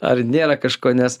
ar nėra kažko nes